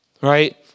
right